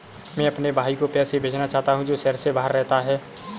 मैं अपने भाई को पैसे भेजना चाहता हूँ जो शहर से बाहर रहता है